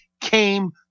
came